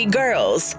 girls